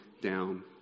down